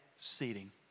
seating